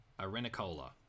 arenicola